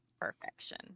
perfection